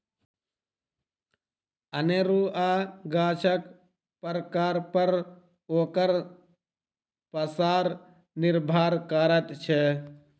अनेरूआ गाछक प्रकार पर ओकर पसार निर्भर करैत छै